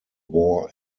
war